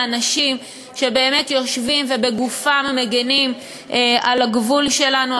האנשים באמת יושבים ובגופם מגִנים על הגבול שלנו,